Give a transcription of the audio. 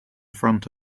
front